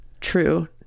true